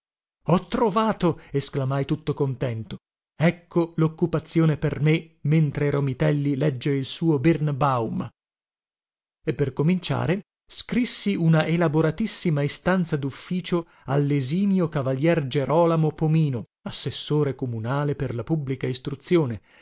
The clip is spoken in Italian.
ho trovato esclamai tutto contento ecco loccupazione per me mentre romitelli legge il suo birnbaum e per cominciare scrissi una elaboratissima istanza dufficio allesimio cavalier gerolamo pomino assessore comunale per la pubblica istruzione